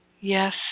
yes